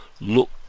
look